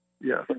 yes